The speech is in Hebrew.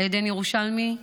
עדן ירושלמי,